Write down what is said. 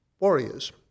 Warriors